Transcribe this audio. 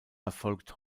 erfolgt